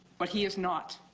but he is not.